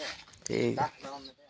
ᱴᱷᱤᱠ ᱜᱮᱭᱟ